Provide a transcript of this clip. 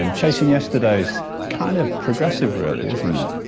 um chasing yesterday is kind of progressive, really, isn't it?